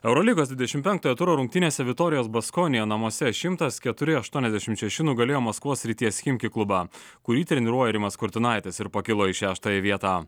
eurolygos dvidešimt penktojo turo rungtynėse vitorijos baskonija namuose šimtas keturi aštuoniasdešimt šeši nugalėjo maskvos srities chimki klubą kurį treniruoja rimas kurtinaitis ir pakilo į šeštąją vietą